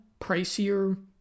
pricier